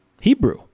Hebrew